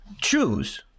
choose